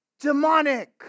demonic